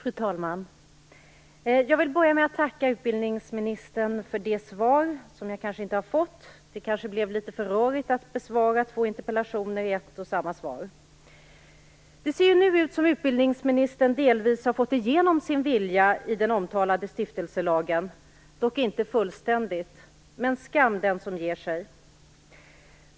Fru talman! Jag vill börja med att tacka utbildningsministern för det svar som jag kanske inte har fått. Det kanske blev litet för rörigt att besvara två interpellationer i ett och samma svar. Det ser nu ut som om utbildningsministern delvis har fått igenom sin vilja i den omtalade stiftelselagen, dock inte fullständigt. Men skam den som ger sig!